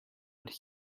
but